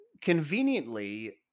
conveniently